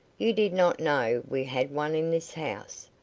you did not know we had one in this house.